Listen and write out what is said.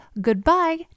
goodbye